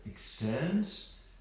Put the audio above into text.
Extends